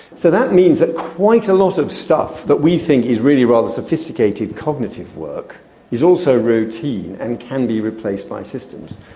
so that means that quite a lot of stuff that we think is really rather sophisticated cognitive work is also routine and can be replaced by systems.